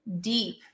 deep